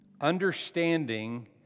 understanding